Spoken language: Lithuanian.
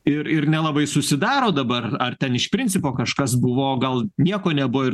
ir ir nelabai susidaro dabar ar ten iš principo kažkas buvo o gal nieko nebuvo ir